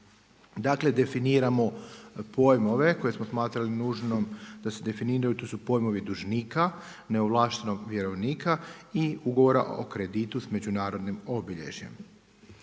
dakle definiramo pojmove koje smo smatrali nužnim da se definiraju. To su pojmovi dužnika, neovlaštenog vjerovnika i ugovora o kreditu s međunarodnim obilježjem.